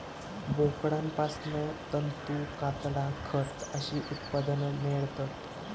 बोकडांपासना तंतू, कातडा, खत अशी उत्पादना मेळतत